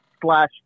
slash